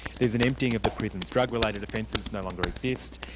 there's an emptying of the prisons drug-related offences no longer exist,